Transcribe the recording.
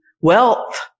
wealth